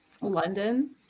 London